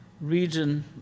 region